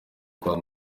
kwa